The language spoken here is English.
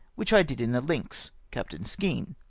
which i did in the lynx, captain skene.